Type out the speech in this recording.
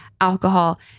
alcohol